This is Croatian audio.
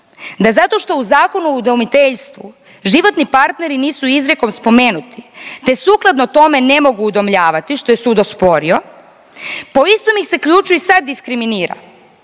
da zato što u Zakonu o udomiteljstvu životni partneri nisu izrijekom spomenuti te sukladno tome ne mogu udomljavati što je sud osporio. Po istom ih se ključu i sad diskriminira